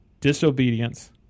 disobedience